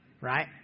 right